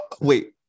Wait